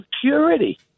security